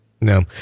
no